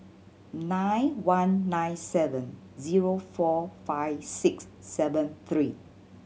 nine one nine seven zero four five six seven three